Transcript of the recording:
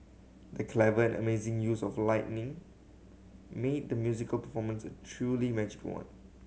the clever and amazing use of lightning made the musical performance a truly magical one